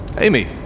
Amy